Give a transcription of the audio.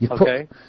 Okay